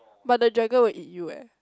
but the dragon will eat you eh